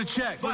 check